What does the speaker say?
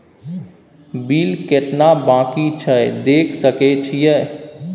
Bill केतना बाँकी छै देख सके छियै?